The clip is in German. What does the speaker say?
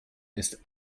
ist